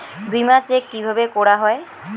বিমা চেক কিভাবে করা হয়?